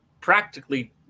practically